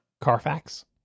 Carfax